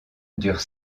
dure